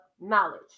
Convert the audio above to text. knowledge